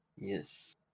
Yes